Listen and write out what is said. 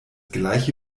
gleiche